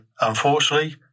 unfortunately